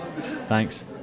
Thanks